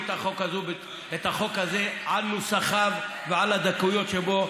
את החוק הזה על נוסחיו ועל הדקויות שבו.